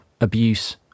abuse